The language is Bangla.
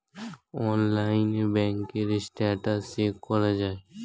অনলাইনে ব্যাঙ্কের স্ট্যাটাস চেক করা যায়